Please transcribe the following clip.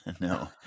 no